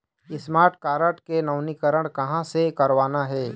Smart card के नवीनीकरण कहां से करवाना हे?